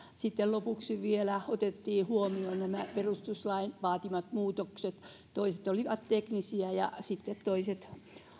sitten lopuksi vielä otettiin huomioon nämä perustuslain vaatimat muutokset joista toiset olivat teknisiä ja sitten toiset